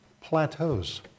plateaus